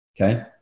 okay